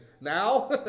now